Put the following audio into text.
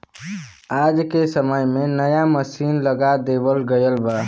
आज के समय में नया मसीन लगा देवल गयल बा